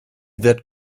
that